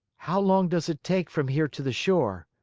how long does it take from here to the shore?